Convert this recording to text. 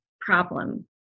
problem